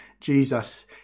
Jesus